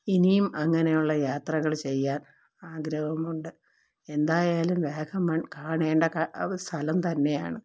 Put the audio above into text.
ഇനിയും അങ്ങനെയുള്ള യാത്രകൾ ചെയ്യാൻ ആഗ്രഹമുണ്ട് എന്തായാലും വാഗമൺ കാണേണ്ട കാ സ്ഥലം തന്നെയാണ്